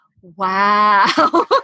wow